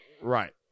Right